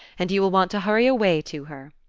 and you will want to hurry away to her,